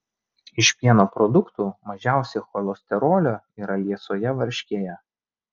iš pieno produktų mažiausiai cholesterolio yra liesoje varškėje